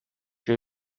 vais